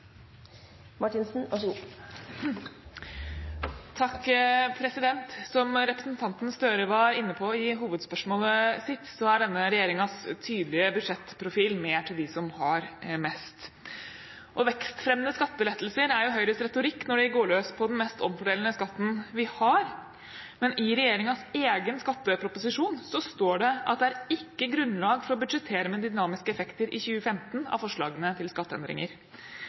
Som representanten Gahr Støre var inne på i hovedspørsmålet sitt, er denne regjeringens tydelige budsjettprofil: mer til dem som har mest. Vekstfremmende skattelettelser er Høyres retorikk når de går løs på den mest omfordelende skatten vi har. Men i regjeringens eget nasjonalbudsjett står det: «Det er ikke grunnlag for å budsjettere med dynamiske effekter i 2015 av forslagene til skatteendringer.»